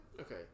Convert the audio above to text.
Okay